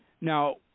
Now